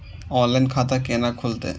Online खाता केना खुलते?